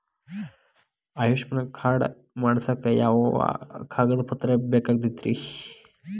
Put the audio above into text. Ayushman card ಮಾಡ್ಸ್ಲಿಕ್ಕೆ ಯಾವ ಯಾವ ಕಾಗದ ಪತ್ರ ಬೇಕಾಗತೈತ್ರಿ?